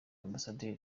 ambasaderi